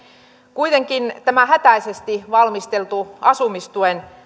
kuitenkin tämä hätäisesti valmisteltu asumistuen